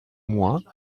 mois